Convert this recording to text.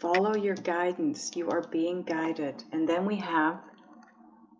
follow your guidance you are being guided and then we have